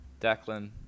Declan